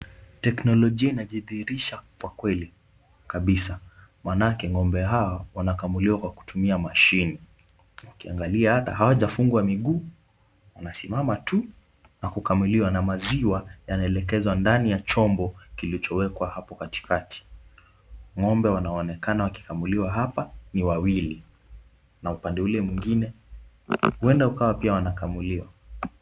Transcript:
Teknolojia inajidhihirisha kwa kweli kabisa , maanake ngo'mbe hawa wanakamuliwa kwa kutumia Machine . Ukiangalia hata hawajafungwa miguu wanasimama tu na kukamuliwa na maziwa yanaelekezwa ndani ya chombo kilichowekwa hapo katikati. Ngo'mbe wanaonekana wakikamuliwa hapa ni wawili na upande ule mwengine, huenda ikawa pia wanakamuliwa.